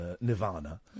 Nirvana